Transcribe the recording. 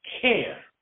care